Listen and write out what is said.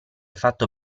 fatto